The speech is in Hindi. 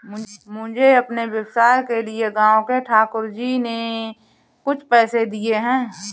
मुझे अपने व्यवसाय के लिए गांव के ठाकुर जी ने कुछ पैसे दिए हैं